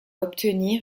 obtenir